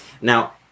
now